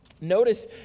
notice